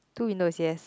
two windows yes